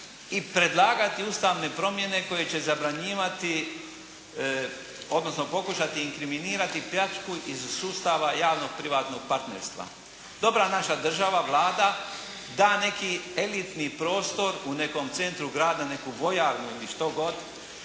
i predlagati ustavne promjene koje će zabranjivati, odnosno pokušati inkriminirati pljačku iz sustava javnog privatnog partnerstva. Dobra naša država, Vlada, da neki elitni prostor u nekom centru grada, neku vojarnu ili što god